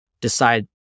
decide